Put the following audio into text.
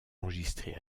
enregistrée